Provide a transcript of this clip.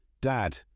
Dad